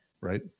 Right